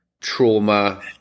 trauma